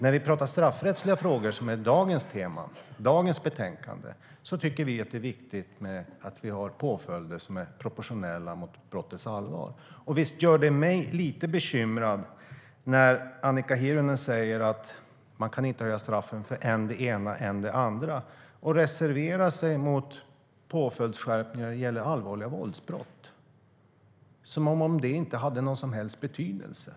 När vi pratar om straffrättsliga frågor, som dagens betänkande gäller, tycker vi att det är viktigt att vi har påföljder som står i proportion till brottets allvar. Visst gör det mig lite bekymrad när Annika Hirvonen säger att man inte kan höja straffen för än det ena, än det andra och reserverar sig mot påföljdsskärpningar när det gäller allvarliga våldsbrott - som om det inte hade någon som helst betydelse.